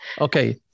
Okay